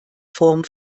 form